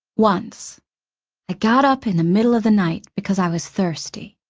once, i got up in the middle of the night because i was thirsty,